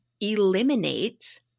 eliminate